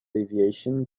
aviation